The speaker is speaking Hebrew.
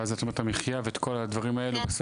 ואז את אומרת את המחייה וכל הדברים האלו- כן,